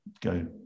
go